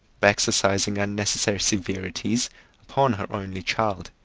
by exercising unnecessary severities upon her only child.